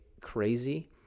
crazy